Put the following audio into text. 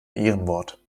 ehrenwort